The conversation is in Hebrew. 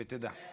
שתדע.